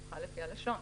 אז חל לפי הלשון,